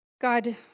God